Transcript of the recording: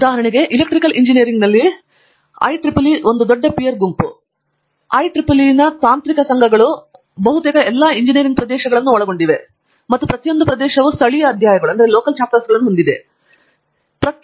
ಉದಾಹರಣೆಗೆ ಎಲೆಕ್ಟ್ರಿಕಲ್ ಇಂಜಿನಿಯರಿಂಗ್ನಲ್ಲಿ ಈ ಕ್ಷೇತ್ರಗಳಲ್ಲಿ ಹೆಚ್ಚಿನವು ಐಇಇಇ ಒಂದು ದೊಡ್ಡ ಪೀರ್ ಗುಂಪು ಮತ್ತು ಐಇಇಇನ ತಾಂತ್ರಿಕ ಸಂಘಗಳು ಬಹುತೇಕ ಎಲ್ಲ ಎಂಜಿನಿಯರಿಂಗ್ ಪ್ರದೇಶಗಳನ್ನು ಒಳಗೊಂಡಿವೆ ಮತ್ತು ಪ್ರತಿಯೊಂದು ಪ್ರದೇಶವೂ ಸ್ಥಳೀಯ ಅಧ್ಯಾಯಗಳು ಇತ್ಯಾದಿಗಳಂತೆಯೇ ಒಂದೇ ರೀತಿಯ ವಿಷಯಗಳನ್ನು ಹೊಂದಿದೆ ಎಂದು ನನಗೆ ಖಾತ್ರಿಯಿದೆ